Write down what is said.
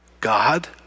God